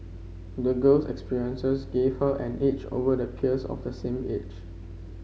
the girl's experiences gave her an edge over the peers of the same age